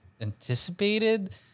anticipated